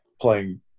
playing